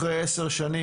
אחרי עשר שנים,